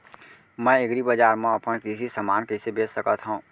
मैं एग्रीबजार मा अपन कृषि समान कइसे बेच सकत हव?